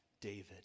David